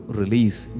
release